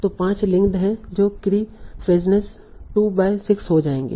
तो पांच लिंक्ड है तों कीफ्रेजनेस 2 बाय 6 हो जाएंगे